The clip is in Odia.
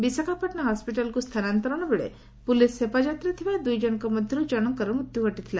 ବିଶାଖାପାଟଶା ହସ୍ୱିଟାଲ୍କୁ ସ୍ତାନାନ୍ତରଣ ବେଳେ ପୁଲିସ୍ ହେପାଜତରେ ଥିବା ଦୁଇ ଜଶଙ୍ଙ ମଧ୍ଧରୁ ଜଣଙ୍କର ମୃତ୍ଧୁ ଘଟିଥିଲା